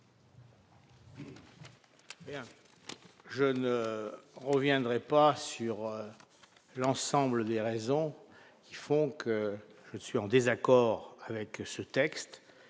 Je ne reviendrai pas sur l'ensemble des raisons qui me conduisent à être en désaccord avec ce texte,